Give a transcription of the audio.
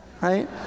right